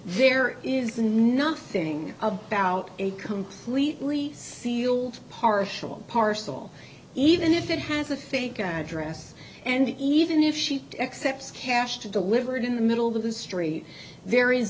there is nothing about a completely sealed partial parcel even if it has a fake address and even if she accepts cash to deliver it in the middle of the street there is